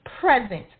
present